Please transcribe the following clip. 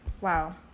Wow